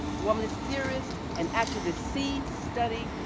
womanist theorists and activists see, study,